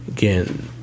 Again